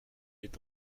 est